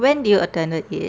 when did you attended it